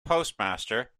postmaster